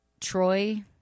Troy